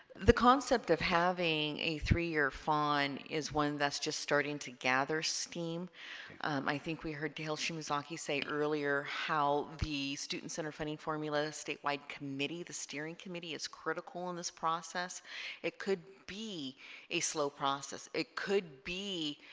the concept of having a three year fawn is one that's just starting to gather scheme i think we heard dale shimazaki say earlier how the student center funding formula statewide committee the steering committee is critical in this process it could be a slow process it could be